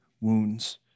wounds